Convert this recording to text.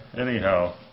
anyhow